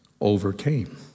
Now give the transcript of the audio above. overcame